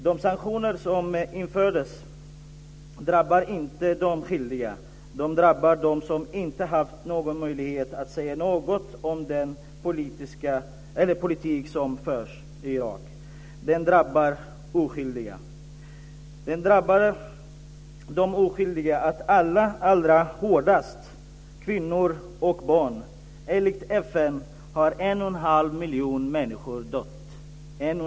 De sanktioner som infördes drabbar inte de skyldiga; de drabbar dem som inte haft någon möjlighet att säga något om den politik som förs i Irak. De drabbar oskyldiga, allra hårdast kvinnor och barn. Enligt FN har en och en halv miljon människor dött.